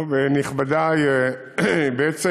נכבדי, בעצם